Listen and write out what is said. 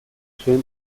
zuen